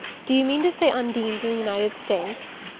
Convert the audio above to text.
do you mean to say undine's in the united states?